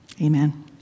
Amen